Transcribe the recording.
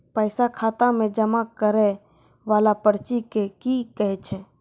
पैसा खाता मे जमा करैय वाला पर्ची के की कहेय छै?